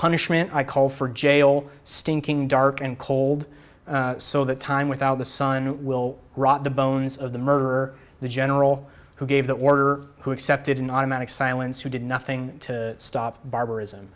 punishment i call for jail stinking dark and cold so that time without the sun will rot the bones of the murderer the general who gave the order who accepted an automatic silence who did nothing to stop barbarism